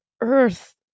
earth